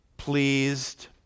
Pleased